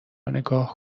نگاه